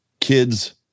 kids